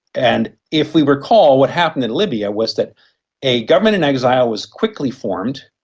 and if we recall, what happened in libya was that a government in exile was quickly formed,